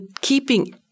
keeping